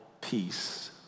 peace